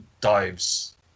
dives